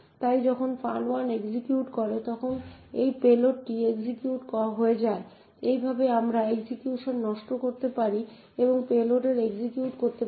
তাই যখন fun1 execute করে তখন এই পেলোডটি এক্সিকিউট হয়ে যায় এইভাবে আমরা এক্সিকিউশন নষ্ট করতে পারি এবং পেলোড এক্সিকিউট করতে পারি